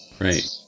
Right